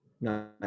no